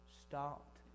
stopped